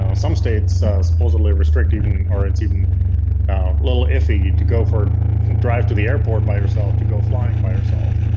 um some states supposedly restrict even or it's even a little iffy to go for a drive to the airport by yourself, to go flying by yourself.